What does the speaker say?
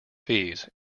fees